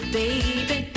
baby